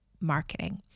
marketing